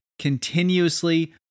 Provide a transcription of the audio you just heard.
continuously